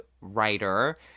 writer